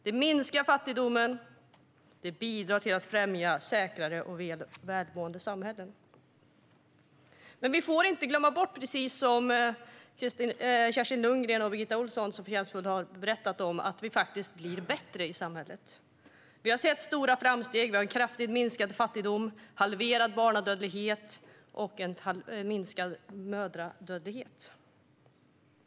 Det minskar fattigdomen och bidrar till att främja säkrare och mer välmående samhällen. Precis som Kerstin Lundgren och Birgitta Ohlsson så förtjänstfullt har talat om får vi inte glömma bort att samhället faktiskt blir bättre. Vi har sett stora framsteg. Vi har en kraftigt minskad fattigdom, halverad barnadödlighet och minskad mödradödlighet.